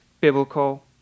biblical